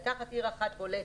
לקחת עיר אחת בולטת,